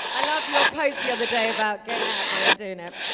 i love your post the other day about getting out there and doing it.